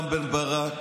רם בן ברק.